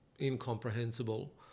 incomprehensible